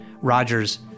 Roger's